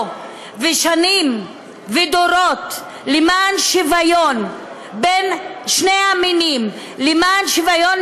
החלפות בוועדות קלפי בין אזורי בחירות), התשע"ז